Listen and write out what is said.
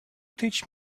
teach